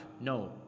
no